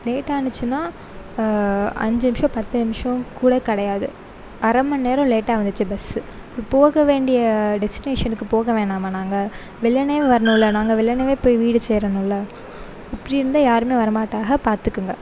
late ஆகிச்சுனா அஞ்சு நிமிஷம் பத்து நிமிஷம் கூட கிடையாது அரை மணிநேரம் லேட்டாக வந்துச்சு பஸ்ஸு இப்போ போக வேண்டிய டெஸ்டினேஷனுக்கு போக வேணாமா நாங்க வெள்ளனவே வரணும்ல நாங்கள் வெள்ளனவே போய் வீடு சேரணும்ல இப்படி இருந்தால் யாருமே வர மாட்டாக பார்த்துக்குங்க